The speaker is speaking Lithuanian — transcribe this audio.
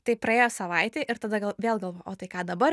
tai praėjo savaitė ir tada gal vėl galvoju o tai ką dabar